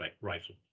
rifle